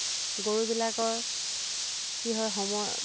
গৰুবিলাকৰ কি হয় সময়